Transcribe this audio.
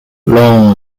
long